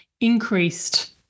increased